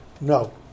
no